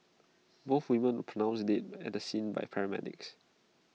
both women pronounced dead at the scene by paramedics